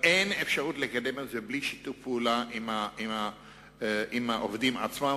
בלי שיתוף פעולה עם העובדים עצמם.